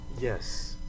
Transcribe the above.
Yes